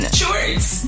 shorts